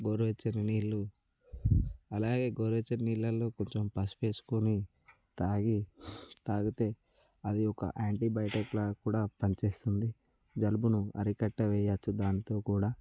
గోరువెచ్చని నీళ్ళు అలాగే గోరువెచ్చని నీళ్ళల్లో కొంచెం పసుపేసుకొని తాగి తాగితే అది ఒక యాంటీబయోటిక్లా కూడా పనిచేస్తుంది జలుబును అరికట్టవేయచ్చు దానితో కూడా